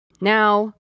Now